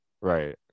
Right